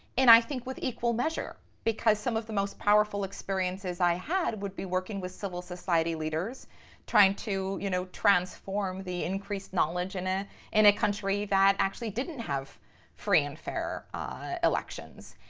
and i think, with equal measure because some of the most powerful experiences i had would be working with civil society leaders trying to you know transform the increased knowledge in ah in a country that actually didn't have free and fair elections.